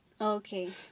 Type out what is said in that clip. Okay